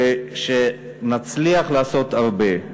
ושנצליח לעשות הרבה.